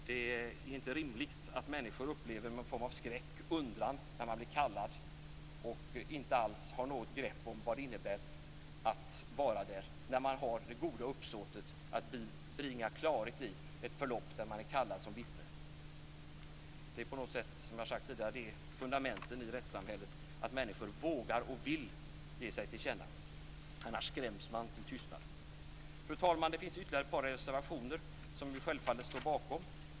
Det är inte rimligt att människor skall uppleva någon form av skräck och undran när de blir kallade och att de inte alls har något grepp om vad det innebär att vara där, när de har det goda uppsåtet att bringa klarhet i ett förlopp som de är kallade att vittna om. Som jag tidigare har sagt är det fundamentet i rättssamhället att människor vågar och vill ge sig till känna. De får inte skrämmas till tystnad. Fru talman! Det finns ytterligare ett par reservationer som vi självfallet står bakom.